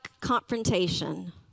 confrontation